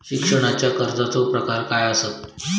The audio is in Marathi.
शिक्षणाच्या कर्जाचो प्रकार काय आसत?